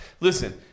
listen